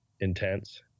intense